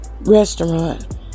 restaurant